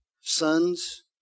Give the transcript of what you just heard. sons